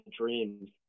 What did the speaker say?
dreams